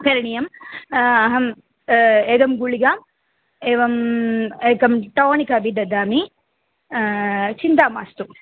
करणीयम् अहम् एकां गुलिकाम् एवम् एकं टोणिक् अपि ददामि चिन्ता मास्तु